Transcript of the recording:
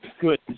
good